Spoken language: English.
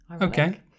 Okay